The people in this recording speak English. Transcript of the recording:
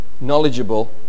knowledgeable